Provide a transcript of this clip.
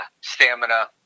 stamina